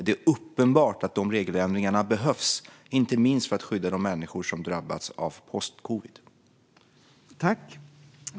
Det är uppenbart att de regeländringarna behövs, inte minst för att skydda de människor som har drabbats av post-covid-besvär.